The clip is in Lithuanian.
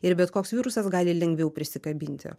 ir bet koks virusas gali lengviau prisikabinti